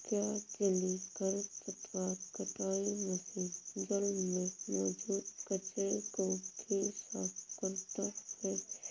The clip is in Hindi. क्या जलीय खरपतवार कटाई मशीन जल में मौजूद कचरे को भी साफ करता है?